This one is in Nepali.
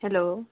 हेलो